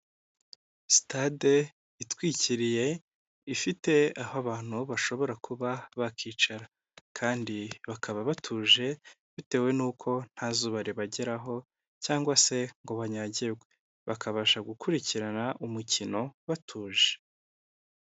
Sitade itwikiriye ifite aho abantu bashobora kuba bakicara kandi bakaba batuje bitewe nuko nta zuba ribageraho cyangwa se ngo banyagirwe bakabasha gukurikirana umukino batuje.